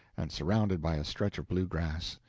and surrounded by a stretch of blue-grass.